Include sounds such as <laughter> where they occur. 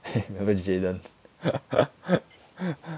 <laughs> jayden <laughs>